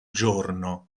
giorno